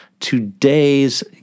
Today's